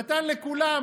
נתן לכולם,